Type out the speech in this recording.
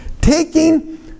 Taking